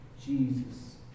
Jesus